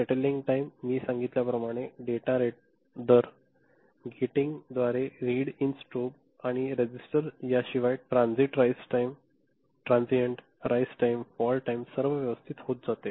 settling time मी सांगितल्या प्रमाणे डेटा दर गेटिंगद्वारे रीड इन स्ट्रोब आणि रजिस्टर याशिवाय ट्रांसीएंटराईस टाइम फॉल टाइम सर्व व्यवस्थित होत जाते